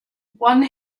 one